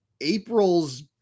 April's